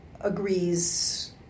Agrees